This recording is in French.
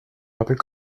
rappelle